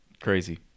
Crazy